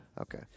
Okay